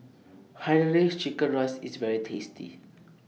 Hainanese Chicken Rice IS very tasty